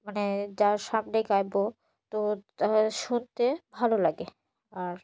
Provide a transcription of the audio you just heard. মানে যার সামনে গাইবো তো তা শুনতে ভালো লাগে আর